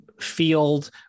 field